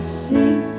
sing